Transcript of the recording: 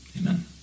Amen